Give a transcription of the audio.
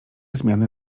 zmiany